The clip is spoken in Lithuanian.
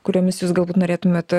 kuriomis jūs galbūt norėtumėt